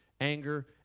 anger